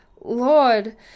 Lord